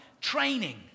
training